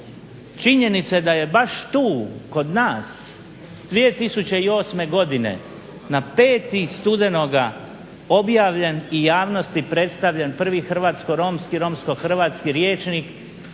činjenice da je baš tu kod nas 2008. godine na 5. studenoga objavljen i javnosti predstavljen prvi hrvatsko-romski i romsko-hrvatski rječnik